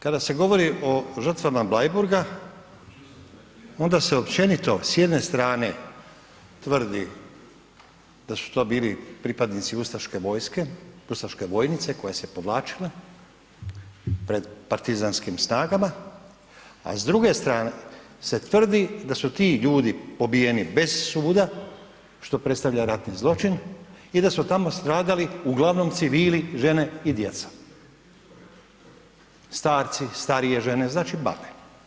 Kada se govori o žrtvama Bleiburga, onda se općenito s jedne strane tvrdi da su to bili pripadnici ustaške vojske, ustaške vojnice koja se povlačila pred partizanskim snagama, a s druge strane se tvrdi da su ti ljudi pobijeni bez suda što predstavlja ratni zločin i da su tamo stradali i da su tamo stradali uglavnom civili, žene i djeca, starci, starije žene, znači babe.